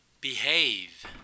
Behave